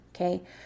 okay